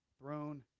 throne